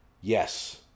yes